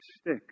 stick